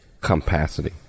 capacity